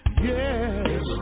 Yes